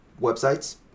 websites